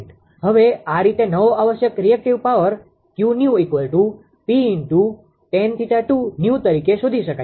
હવે આ રીતે નવો આવશ્યક રીએક્ટીવ પાવરreactive powerપ્રતિક્રિયાશીલ પાવર 𝑄𝑛𝑒𝑤𝑃tan𝜃2𝑛𝑒𝑤 તરીકે શોધી શકાય છે